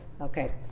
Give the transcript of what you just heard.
Okay